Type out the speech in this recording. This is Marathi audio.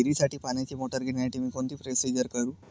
विहिरीसाठी पाण्याची मोटर घेण्यासाठी मी कोणती प्रोसिजर करु?